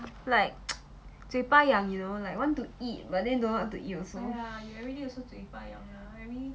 like 嘴巴痒 you know like want to eat but then don't know what to eat also